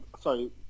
Sorry